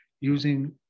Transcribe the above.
using